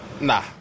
Nah